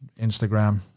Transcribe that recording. Instagram